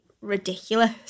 ridiculous